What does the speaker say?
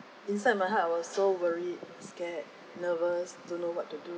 inside my heart I was so worried scared nervous don't know what to do